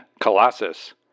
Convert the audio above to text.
Colossus